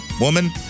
woman